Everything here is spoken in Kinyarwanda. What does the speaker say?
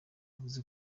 yavuze